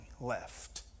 left